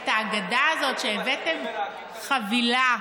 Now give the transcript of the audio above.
את האגדה הזאת שהבאתם חבילה.